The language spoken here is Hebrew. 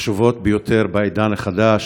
החשובות ביותר בעידן החדש